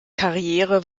karriere